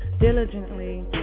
Diligently